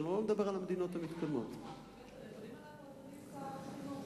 אני לא מדבר על המדינות המתקדמות.